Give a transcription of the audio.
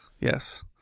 Yes